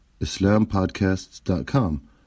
islampodcasts.com